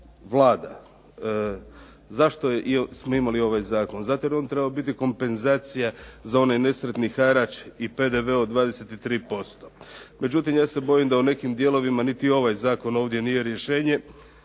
Vlada. Zašto smo imali ovaj zakon? Zato jer je on trebao biti kompenzacija za onaj nesretni harač i PDV od 23%. Međutim ja se bojim da u nekim dijelovima niti ovaj zakon ovdje nije rješenje.